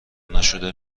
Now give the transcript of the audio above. نشده